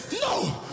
No